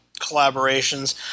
collaborations